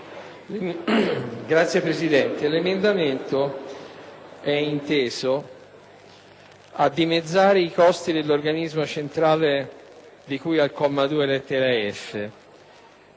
Signor Presidente, l'emendamento è inteso a dimezzare i costi dell'organismo centrale, di cui al comma 2, lettera